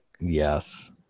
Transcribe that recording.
Yes